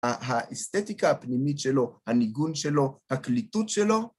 האסתטיקה הפנימית שלו, הניגון שלו, הקליטות שלו.